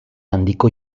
handiko